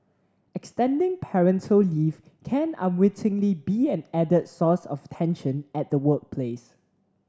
extending parental leave can unwittingly be an added source of tension at the workplace